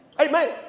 Amen